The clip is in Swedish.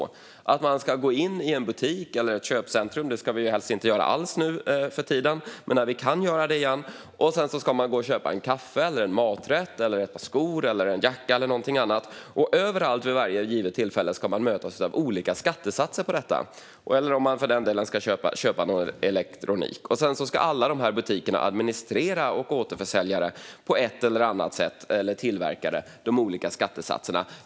Nu för tiden ska vi ju helst inte alls gå in i en butik eller ett köpcentrum, men hur blir det när vi kan göra det igen och man ska gå och köpa en kaffe, en maträtt, ett par skor, en jacka eller någonting annat - kanske elektronik, för den delen - och överallt vid varje givet tillfälle möts av olika skattesatser? Sedan ska alla dessa butiker, återförsäljare och tillverkare på ett eller annat sätt administrera de olika skattesatserna.